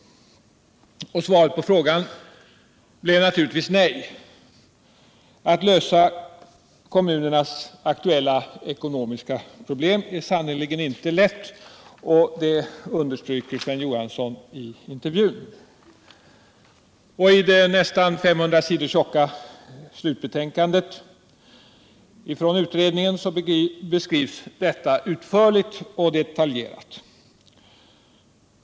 Svaret på frågan blev naturligtvis nej. Att lösa kommunernas aktuella ekonomiska problem är sannerligen inte lätt, och det understryker Sven Johansson i intervjun. I utredningens nästan 500 sidor tjocka slutbetänkande beskrivs detta utförligt och detaljerat.